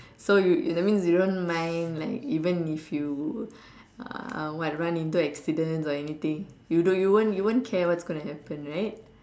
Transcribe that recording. so you that means you don't mind like even if you uh what run into accidents or anything you don't you won't care what's going to happen right